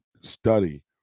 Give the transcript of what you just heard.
study